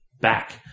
back